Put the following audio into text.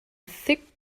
thick